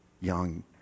young